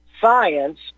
science